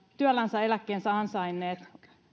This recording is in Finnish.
työllänsä eläkkeensä ansainnut